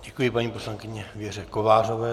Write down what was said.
Děkuji paní poslankyni Věře Kovářové.